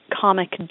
comic